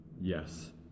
Yes